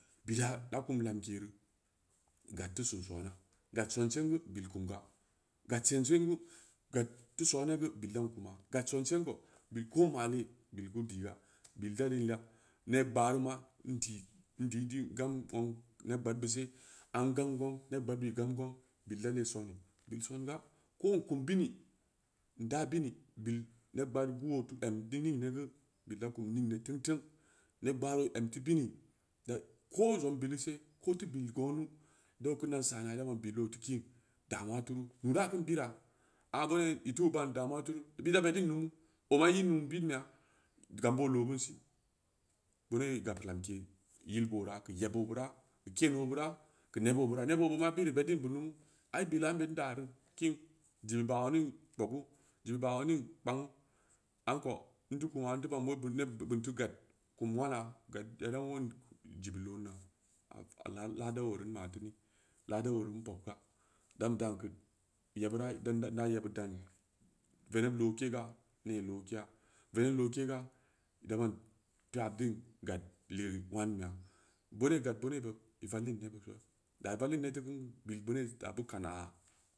Bila da kum lamke re gad teu sin soona gad sonsin gu bilk um ga, gad sonsin gu gad teu soona gu, bill an kamu, gad sonsin ko, bil ko nmalee, bil gu’n pii ga, bil dan leuna, neb gɓaareu ma ndii, ndin din gam nung neɓ gɓaad bu see, aa n gammu gong, neɓ gɓaad bid ii gamm gong, bil la la sooni bil songa, ko nkum bini, n daa bini, bil neɓ gbaad gu boo gam teu ningni geu, bil la kummi ningni teung-teung ned gɓaaro em teu bini, da, ko zongn bilu se, ko teu bil goonu, burau kin dan saana, bura baan bilo teu kiin, damuulla turu, nɓa kin bira, aga i tea baan damuwa turu bid da beddin namu, ooma i nuun bidn ɓeya, gam boo lo binsi, beuneu gad kamke yil boora, keu neb boo ɓira, neɓ boo bidd ma bid i beddin bu numu, ai bila n nuu n daro teu dim balum kpobu, dimɓahum kpangnu, aiko i teu kuma i teu ban ulli bin neɓ bin teu gad kum nullana, gad yara wull zib bu lo’n na, a alhali oo reu n a teu ba, lada oo reu n bogga, dan dan keu yebira, na yebbid daan veneb lookega, nee lokeya, veneb lookega, daɓan teu haɓdin gad lan wang beya, beuneu gad beuneu be vallin neɓɓid ga, ba bivallin neɓɓid geu bil bini aɓdi kana.